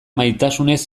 maisutasunez